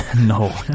No